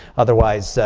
otherwise,